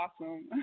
awesome